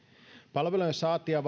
palvelujen saantia